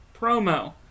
promo